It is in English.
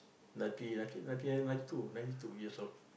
ninety ninety ninety two ninety two years old